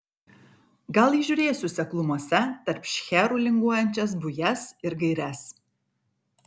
gal įžiūrėsiu seklumose tarp šcherų linguojančias bujas ir gaires